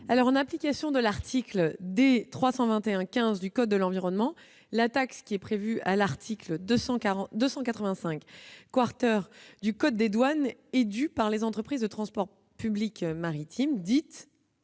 en application de l'article D. 321-15 du code de l'environnement, la taxe prévue à l'article 285 du code des douanes et due par les entreprises de transport public maritime, dite